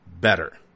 better